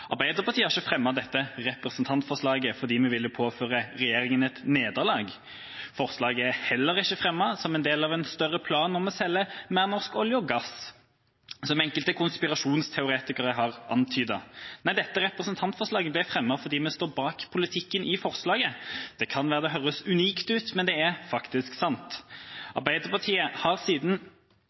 Arbeiderpartiet har ikke fremmet dette representantforslaget fordi vi ville påføre regjeringa et nederlag. Forslaget er heller ikke fremmet som en del av en større plan om å selge mer norsk olje og gass, som enkelte konspirasjonsteoretikere har antydet. Dette representantforslaget ble fremmet fordi vi står bak politikken i forslaget. Det kan være det høres unikt ut, men det er faktisk sant. Arbeiderpartiet har siden